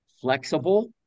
flexible